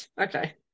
Okay